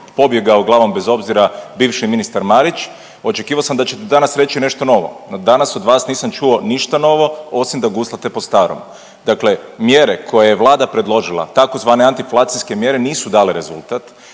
pobjegao glavom bez obzira bivši ministar Marić, očekivao sam da ćete danas reći nešto novo. Danas od vas nisam čuo ništa novo, osim da guslate po starom. Dakle, mjere koje je Vlada predložila tzv. anti inflacijske mjere nisu dale rezultat